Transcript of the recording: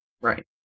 right